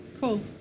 Cool